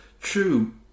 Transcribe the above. True